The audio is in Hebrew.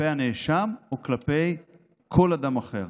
כלפי הנאשם או כלפי כל אדם אחר.